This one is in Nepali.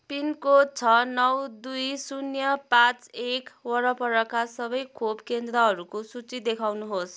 पिनकोड छ नौ दुई शून्य पाँच एक वरपरका सबै खोप केन्द्रहरूको सूची देखाउनुहोस्